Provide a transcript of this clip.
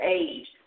age